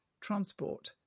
transport